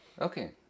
Okay